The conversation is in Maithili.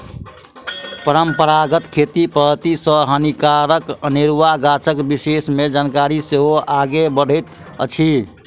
परंपरागत खेती पद्धति सॅ हानिकारक अनेरुआ गाछक विषय मे जानकारी सेहो आगाँ बढ़ैत अछि